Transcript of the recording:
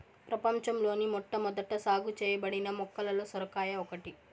ప్రపంచంలోని మొట్టమొదట సాగు చేయబడిన మొక్కలలో సొరకాయ ఒకటి